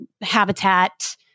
habitat